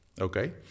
Okay